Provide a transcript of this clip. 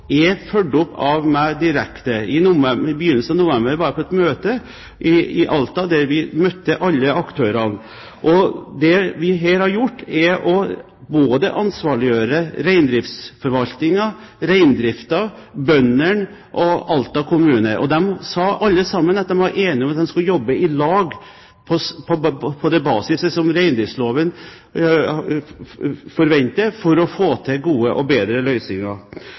blitt fulgt opp av meg direkte. I begynnelsen av november var jeg på et møte i Alta der vi møtte alle aktørene. Det vi her har gjort, er å ansvarliggjøre reindriftsforvaltningen, reindriften, bøndene og Alta kommune. De sa alle at de var enige om at de skulle jobbe i lag, på basis av det som reindriftsloven forventer, for å få til gode løsninger. Og